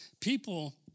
people